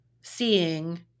seeing